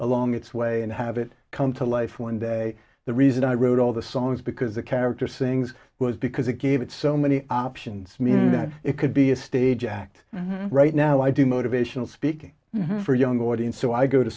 along its way and have it come to life one day the reason i wrote all the songs because the character sings was because it gave it so many options meaning that it could be a stage act right now i do motivational speaking for young audience so i go to